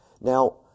Now